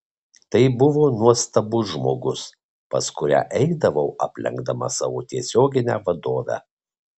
tai buvo nuostabus žmogus pas kurią eidavau aplenkdama savo tiesioginę vadovę